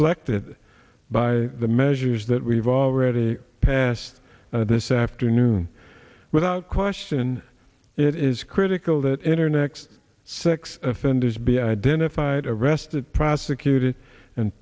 collected by the measures that we've already passed this afternoon without question it is critical that enter next sex offenders be identified arrested prosecuted and